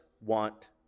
want